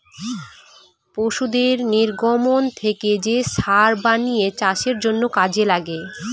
পশুদের নির্গমন থেকে যে সার বানিয়ে চাষের জন্য কাজে লাগে